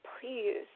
Please